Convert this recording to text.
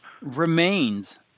remains